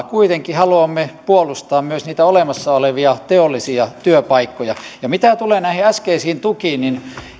kuitenkin haluamme puolustaa myös niitä olemassa olevia teollisia työpaikkoja mitä tulee näihin äskeisiin tukiin